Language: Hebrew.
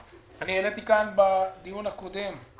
העליתי כאן בדיון הקודם את